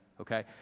okay